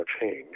change